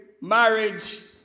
marriage